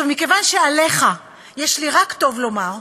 עכשיו, מכיוון שעליך יש לי רק טוב לומר,